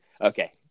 Okay